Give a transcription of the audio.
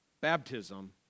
baptism